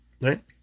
Right